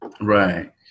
right